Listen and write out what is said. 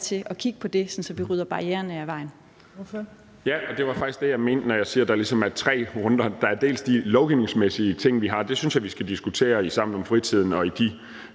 Kl. 14:50 Jens Joel (S): Ja, det er faktisk det, jeg mener, når jeg siger, at der ligesom er tre runder. Der er de lovgivningsmæssige ting. Dem synes jeg vi skal diskutere i Sammen om fritiden og i